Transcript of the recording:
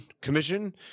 commission –